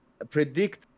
Predict